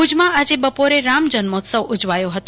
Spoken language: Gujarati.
ભુજમાં આજે બપોરે રામજન્મોત્સવ ઉજવાયો હતો